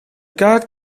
kaart